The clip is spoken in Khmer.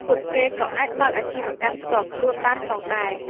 ពួកគេក៏អាចបើកអាជីវកម្មផ្ទាល់ខ្លួនបានផងដែរ។